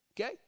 okay